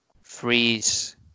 freeze